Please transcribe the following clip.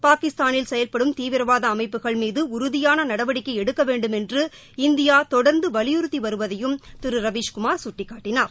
பாகிஸ்தானில் செயல்படும் தீவிரவாத அமைப்புகள் மீது உறுதியான நடவடிக்கை எடுக்க வேண்டுமென்று இந்தியா தொடர்ந்து வலியறுத்தி வருவதையும் திரு ரவிஸ் குமார் சுட்டிக்காட்டினார்